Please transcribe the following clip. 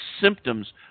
symptoms